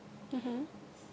mmhmm